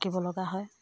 থাকিব লগা হয়